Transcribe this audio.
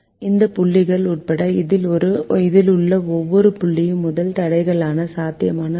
இந்த புள்ளிகள் உட்பட இதில் உள்ள ஒவ்வொரு புள்ளியும் முதல் தடைக்கான சாத்தியமான பகுதி